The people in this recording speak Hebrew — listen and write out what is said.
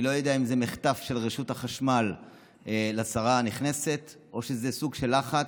אני לא יודע אם זה מחטף של רשות החשמל לשרה הנכנסת או שזה סוג של לחץ,